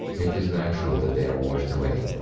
it is natural that they are washed away.